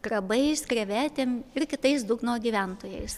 krabais krevetėm ir kitais dugno gyventojais